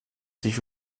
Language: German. sich